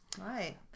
right